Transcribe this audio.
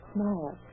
Smile